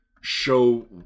show